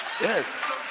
Yes